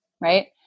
Right